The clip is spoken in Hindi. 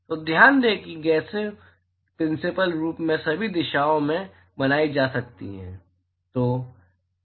तो ध्यान दें कि गैसें प्रिंसिपल्स रूप में सभी दिशाओं में बनाई जा सकती हैं